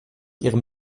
ihrem